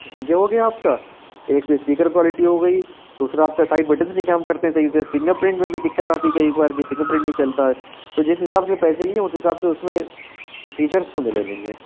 یہ ہو گيا آپ کا ایک تو اسپيکر کوالٹی ہو گئی دوسرا آپ کا سائیڈ بٹنس نہیں کام کرتے ہیں صحیح سے فنگر پرنٹ میں بھی دقت آتی ہے کئی ایک بار کہ فنگر پرنٹ نہیں چلتا ہے تو جس حساب سے پیسے لیے ہیں تو اس حساب سے اس میں فیچرس تو ملے نہیں ہیں